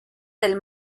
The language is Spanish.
del